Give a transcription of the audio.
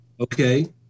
okay